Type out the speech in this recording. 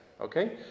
okay